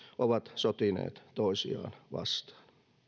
ovat sotineet toisiaan vastaan